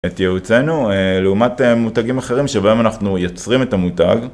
את ייעוצנו לעומת מותגים אחרים שבהם אנחנו יוצרים את המותג